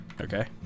Okay